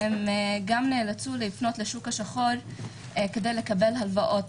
הן נאלצו גם לפנות לשוק השחור כדי לקבל הלוואות,